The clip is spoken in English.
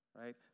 right